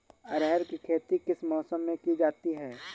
अरहर की खेती किस मौसम में की जाती है?